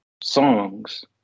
songs